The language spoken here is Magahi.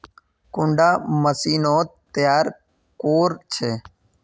कुंडा मशीनोत तैयार कोर छै?